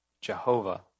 Jehovah